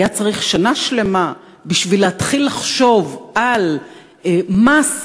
היה צריך שנה שלמה בשביל להתחיל לחשוב על מס כלשהו,